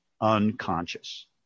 unconscious